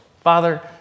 Father